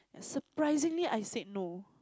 surprisingly I said no